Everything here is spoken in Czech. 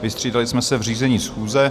Vystřídali jsme se v řízení schůze.